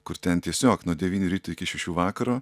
kur ten tiesiog nuo devynių ryto iki šešių vakaro